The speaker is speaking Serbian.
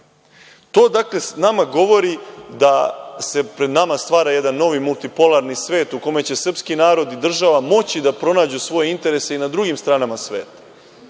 Srbiji. To nama govori da se pred nama stvara jedan novi multipolarni svet u kome će srpski narod i država moći da pronađu svoje interese i na drugim stranama sveta.